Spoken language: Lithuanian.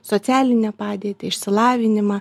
socialinę padėtį išsilavinimą